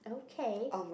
okay